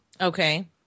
Okay